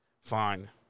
fine